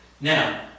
Now